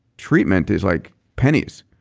treatment is like pennies.